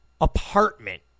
apartment